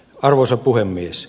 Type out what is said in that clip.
arvoisa puhemies